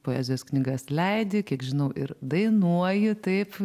poezijos knygas leidi kiek žinau ir dainuoji taip